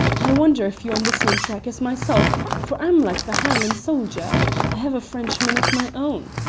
i wonder if you're on the same track as myself, for i'm like the hielan' soldier i have a frenchman of my own.